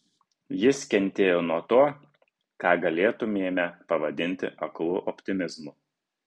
jis kentėjo nuo to ką galėtumėme pavadinti aklu optimizmu